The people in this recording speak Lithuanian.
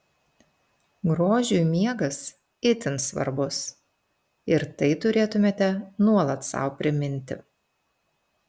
grožiui miegas itin svarbus ir tai turėtumėte nuolat sau priminti